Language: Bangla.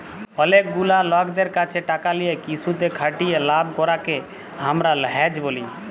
অলেক গুলা লকদের ক্যাছে টাকা লিয়ে কিসুতে খাটিয়ে লাভ করাককে হামরা হেজ ব্যলি